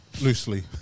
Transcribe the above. Loosely